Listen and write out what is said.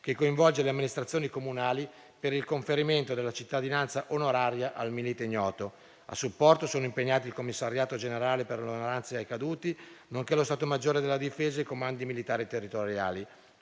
che coinvolge le amministrazioni comunali per il conferimento della cittadinanza onoraria al Milite ignoto. A supporto sono impegnati il Commissariato generale per le onoranze ai caduti, nonché lo Stato maggiore della difesa e i comandi militari territoriali.